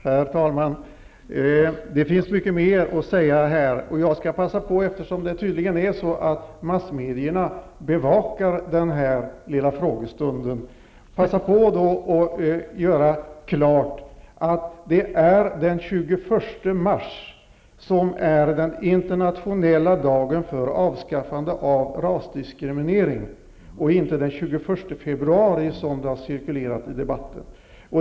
Herr talman! Det finns mycket mer att säga, och jag skall eftersom massmedierna tydligen bevakar den här lilla frågestunden passa på att göra klart att den 21 mars är den internationella dagen för avskaffande av rasdiskriminering och inte den 21 februari som har sagts i debatten.